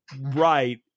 right